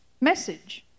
message